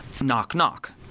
knock-knock